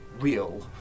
real